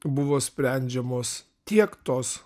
buvo sprendžiamos tiek tos